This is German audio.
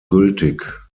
gültig